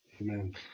amen